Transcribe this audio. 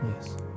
yes